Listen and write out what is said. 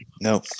No